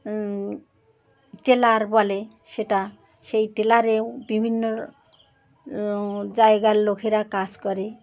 Taylor বলে সেটা সেই টেলরেরও বিভিন্ন জায়গার লোকেরা কাজ করে